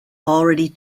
already